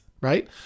right